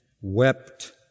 wept